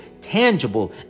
tangible